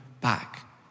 back